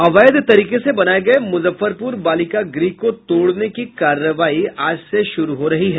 अवैध तरीके से बनाये गये मुजफ्फरपुर बालिका गृह को तोड़ने की कार्रवाई आज से शुरू हो रही है